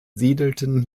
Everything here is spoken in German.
siedelten